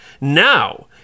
Now